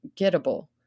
gettable